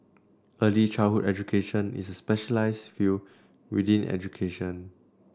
early childhood education is a specialised field within education